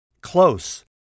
close